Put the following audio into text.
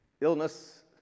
illness